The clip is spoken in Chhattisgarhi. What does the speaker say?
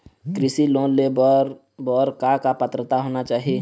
कृषि लोन ले बर बर का का पात्रता होना चाही?